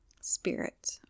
Spirit